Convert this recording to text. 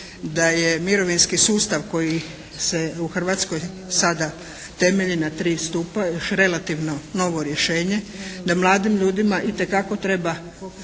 da je mirovinski sustav koji se u Hrvatskoj sada temelji na tri stupa još relativno novo rješenje, da mladim ljudima itekako treba